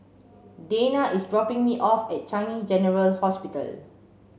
Dayna is dropping me off at Changi General Hospital